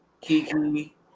Kiki